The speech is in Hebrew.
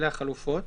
החלופות.